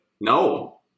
No